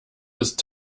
ist